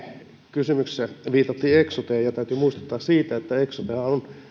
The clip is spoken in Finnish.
kysymyksessä viitattiin eksoteen ja täytyy muistuttaa siitä että eksotehan on